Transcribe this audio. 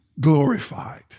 glorified